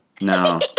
No